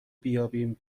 بیابیم